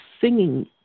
singing